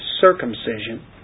circumcision